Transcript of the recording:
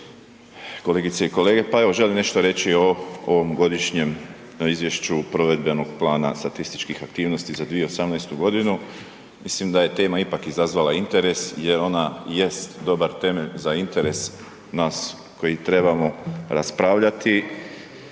kolegice i kolege. Pa evo želim nešto reći o ovom Godišnjem izvješću provedbenog plana statističkih aktivnosti za 2018. godinu. Mislim da je tema ipak izazvala interes jer ona jest dobar temelj za interes nas koji trebamo raspravljati.